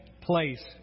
place